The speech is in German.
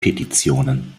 petitionen